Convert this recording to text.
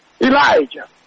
Elijah